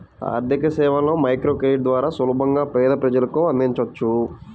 ఆర్థికసేవలను మైక్రోక్రెడిట్ ద్వారా సులభంగా పేద ప్రజలకు అందించవచ్చు